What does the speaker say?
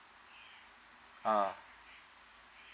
ah